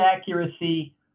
accuracy